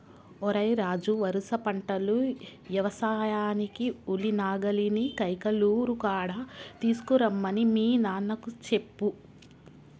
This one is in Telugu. ఓరై రాజు వరుస పంటలు యవసాయానికి ఉలి నాగలిని కైకలూరు కాడ తీసుకురమ్మని మీ నాన్నకు చెప్పు